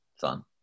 fun